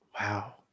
Wow